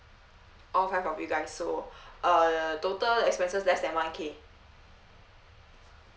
all five of you guys so uh total expenses less than one K